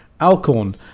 Alcorn